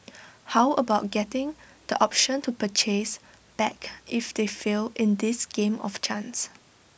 how about getting the option to purchase back if they fail in this game of chance